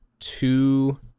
two